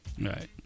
right